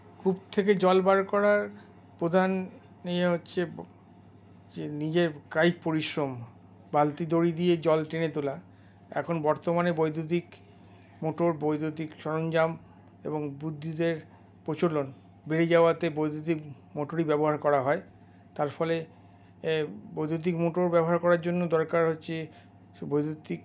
কূপ থেকে জল বার করার প্রধান ইয়ে হচ্ছে যে নিজের কায়িক পরিশ্রম বালতি দড়ি দিয়ে জল টেনে তোলা এখন বর্তমানে বৈদ্যুতিক মোটোর বৈদ্যুতিক সরঞ্জাম এবং বুদ্ধিদের প্রচলন বেড়ে যাওয়াতে বৈদ্যুতিক মোটরই ব্যবহার করা হয় তার ফলে বৈদ্যুতিক মোটর ব্যবহার করার জন্য দরকার হচ্ছে বৈদ্যুতিক